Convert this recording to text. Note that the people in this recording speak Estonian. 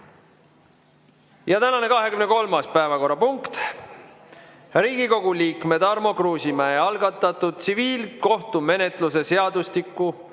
Tänane 23. päevakorrapunkt, Riigikogu liikme Tarmo Kruusimäe algatatud tsiviilkohtumenetluse seadustiku